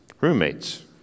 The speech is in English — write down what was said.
Roommates